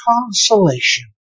consolation